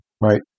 right